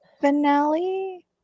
finale